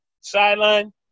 sideline